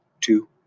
two